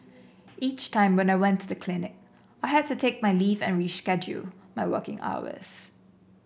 each time when I went to the clinic I had to take my leave and reschedule my working hours